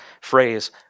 phrase